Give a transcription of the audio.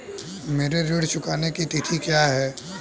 मेरे ऋण चुकाने की तिथि क्या है?